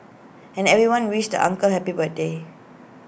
and everyone wished the uncle happy birthday